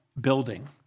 building